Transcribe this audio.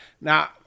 now